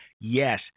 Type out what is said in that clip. Yes